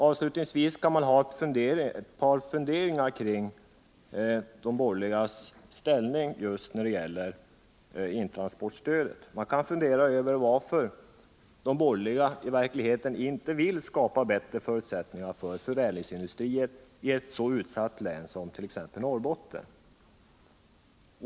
Avslutningsvis vill jag framföra ett par funderingar kring de borgerligas inställning till intransportstödet. Varför vill de borgerliga i verkligheten inte skapa förutsättningar för förädlingsindustrier i ett så utsatt län som Norrbotten?